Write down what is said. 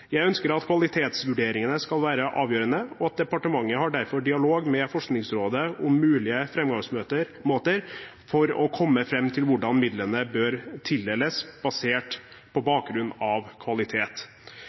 Jeg ønsker at kvalitetsvurderinger skal være avgjørende, og departementet har derfor dialog med Forskningsrådet om mulige fremgangsmåter for å komme frem til hvordan midlene bør tildeles basert på bakgrunn av kvalitet.»